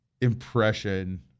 impression